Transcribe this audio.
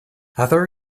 other